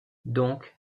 donc